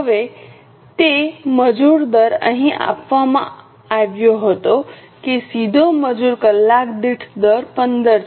હવે તે મજૂર દર અહીં આપવામાં આવ્યો હતો કે સીધો મજૂર કલાકદીઠ દર 15 છે